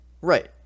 Right